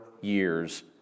years